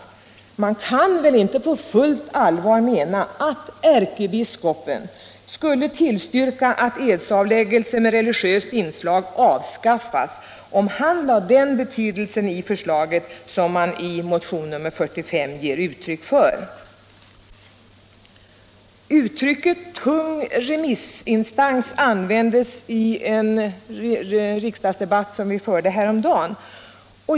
Man kan väl inte på fullt allvar mena att ärkebiskopen skulle tillstyrka att edsavläggelse med religiöst inslag avskaffas om den innebar det man påstår i motion nr 45. Uttrycket ”tung remissinstans” användes i en riksdagsdebatt häromdagen.